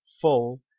full